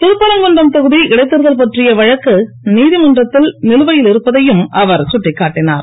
திருப்பரங்குன்றம் தொகுதி இடைத்தேர்தல் பற்றிய வழக்கு நீதமன்றத்தில் நிலுவையில் இருப்பையும் அவர் சுட்டிக்காட்டினார்